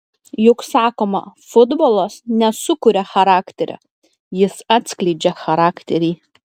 juk sakoma futbolas nesukuria charakterio jis atskleidžia charakterį